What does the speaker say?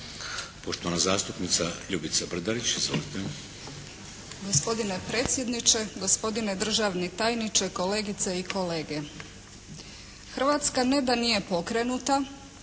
Poštovana zastupnica Ljubica Brdarić. Izvolite. **Brdarić, Ljubica (SDP)** Gospodine predsjedniče, gospodine državni tajniče, kolegice i kolege. Hrvatska ne da nije pokrenuta.